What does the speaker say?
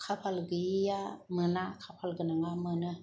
खाफाल गैयैया मोना खाफाल गोनाङा मोनो